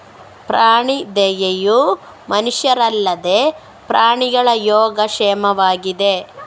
ಪ್ರಾಣಿ ದಯೆಯು ಮನುಷ್ಯರಲ್ಲದ ಪ್ರಾಣಿಗಳ ಯೋಗಕ್ಷೇಮವಾಗಿದೆ